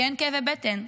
כי אין כאבי בטן,